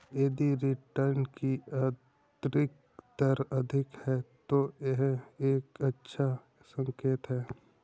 यदि रिटर्न की आंतरिक दर अधिक है, तो यह एक अच्छा संकेत है